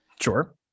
Sure